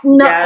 no